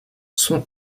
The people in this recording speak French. son